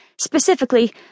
specifically